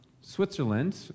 Switzerland